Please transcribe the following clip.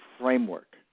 framework